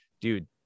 dude